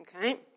Okay